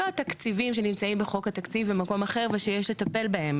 לא התקציבים שנמצאים בחוק התקציב במקום אחר ושיש לטפל בהם,